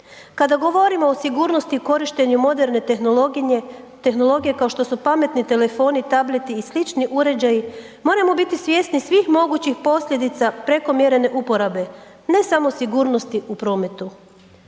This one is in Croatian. Kada govorimo o sigurnosti u korištenju moderne tehnologije kao što su pametni telefoni, tableti i slični uređaji, moramo biti svjesni svih mogućih posljedica prekomjerne uporabe ne samo sigurnosti u prometu.